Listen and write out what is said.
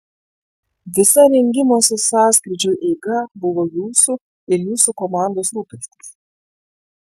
visa rengimosi sąskrydžiui eiga buvo jūsų ir jūsų komandos rūpestis